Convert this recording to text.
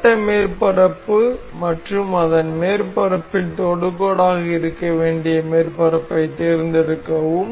வட்ட மேற்பரப்பு மற்றும் அதன் மேற்பரப்பில் தொடுகோடாக இருக்க வேண்டிய மேற்பரப்பைத் தேர்ந்தெடுக்கவும்